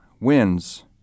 wins